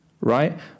right